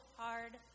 hard